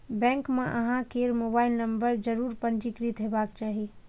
bank मे अहां केर मोबाइल नंबर जरूर पंजीकृत हेबाक चाही